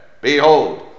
Behold